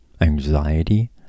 anxiety